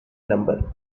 number